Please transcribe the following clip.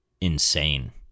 insane